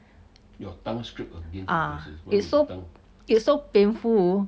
ah it's so it's so painful